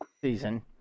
season